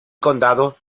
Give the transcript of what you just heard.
condado